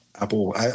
Apple